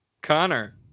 Connor